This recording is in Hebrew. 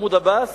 מחמוד עבאס,